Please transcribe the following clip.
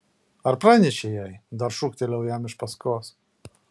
ar pranešei jai dar šūktelėjau jam iš paskos